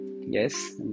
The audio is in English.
yes